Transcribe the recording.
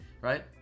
right